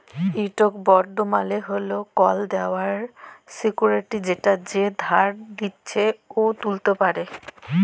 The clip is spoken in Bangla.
ইকট বল্ড মালে হছে কল দেলার সিক্যুরিটি যেট যে ধার লিছে উ তুলতে পারে